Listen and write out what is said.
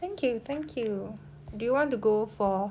thank you thank you do you want to go for